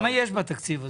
כמה יש בתקציב הזה?